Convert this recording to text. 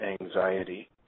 anxiety